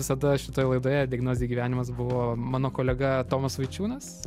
visada šitoj laidoje diagnozė gyvenimas buvo mano kolega tomas vaičiūnas